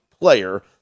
player